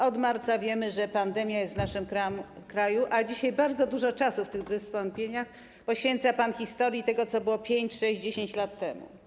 Od marca wiemy, że pandemia jest w naszym kraju, a dzisiaj bardzo dużo czasu w tych wystąpieniach poświęca pan historii tego, co było 5, 6, 10 lat temu.